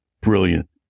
Brilliant